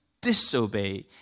disobey